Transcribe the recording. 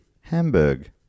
Hamburg